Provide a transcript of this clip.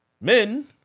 men